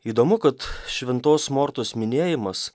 įdomu kad šventos mortos minėjimas